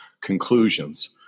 conclusions